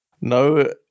No